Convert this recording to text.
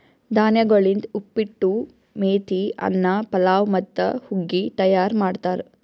ಧಾನ್ಯಗೊಳಿಂದ್ ಉಪ್ಪಿಟ್ಟು, ಮೇತಿ ಅನ್ನ, ಪಲಾವ್ ಮತ್ತ ಹುಗ್ಗಿ ತೈಯಾರ್ ಮಾಡ್ತಾರ್